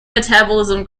metabolism